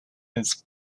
his